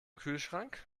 kühlschrank